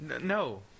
No